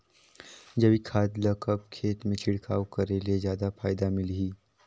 जैविक खाद ल कब खेत मे छिड़काव करे ले जादा फायदा मिलही?